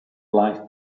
life